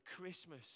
Christmas